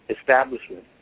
establishment